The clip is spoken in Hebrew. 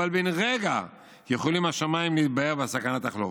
אבל בן רגע יכולים השמיים להתבהר והסכנה תחלוף".